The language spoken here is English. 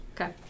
okay